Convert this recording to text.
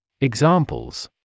Examples